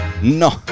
No